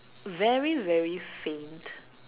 very very faint